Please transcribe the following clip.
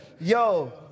Yo